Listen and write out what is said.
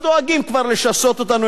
אז דואגים כבר לשסות אותנו.